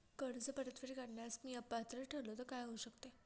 कर्ज परतफेड करण्यास मी अपात्र ठरलो तर काय होऊ शकते?